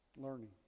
Learning